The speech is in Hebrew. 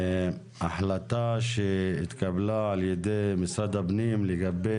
החלטה שהתקבלה על ידי משרד הפנים לגבי